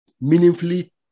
meaningfully